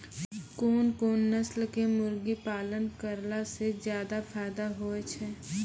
कोन कोन नस्ल के मुर्गी पालन करला से ज्यादा फायदा होय छै?